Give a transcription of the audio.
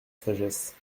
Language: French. sagesse